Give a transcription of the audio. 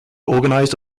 organized